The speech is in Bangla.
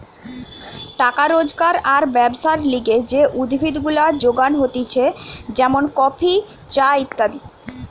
টাকা রোজগার আর ব্যবসার লিগে যে উদ্ভিদ গুলা যোগান হতিছে যেমন কফি, চা ইত্যাদি